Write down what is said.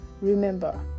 Remember